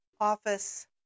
office